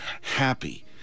happy